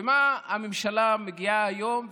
ומה הממשלה מגיעה היום ואומרת: